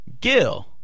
Gil